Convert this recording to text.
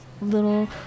Little